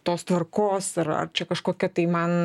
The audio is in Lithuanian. tos tvarkos ar čia kažkokia tai man